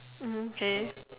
okay